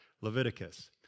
Leviticus